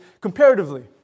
comparatively